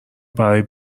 برای